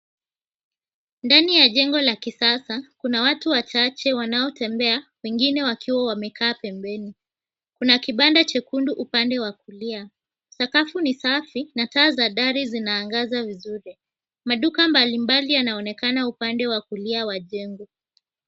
Ndani ya jengo la kisasa kuna watu wachache wanaotembea wengine ambao wamekaa pembeni kuna kibanda chekundu upande wa kulia, sakafu ni safi na rangi za dari zaangaza vizuri, maduka zaonekana upande wa kulia wa jengo.